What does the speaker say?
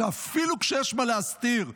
שאפילו כשיש מה להסתיר,